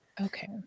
okay